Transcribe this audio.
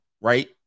right